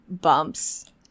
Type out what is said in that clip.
bumps